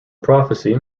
prophecy